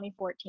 2014